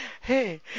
hey